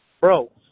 Bro